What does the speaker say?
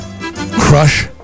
crush